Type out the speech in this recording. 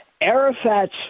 Arafat's